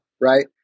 right